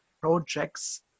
projects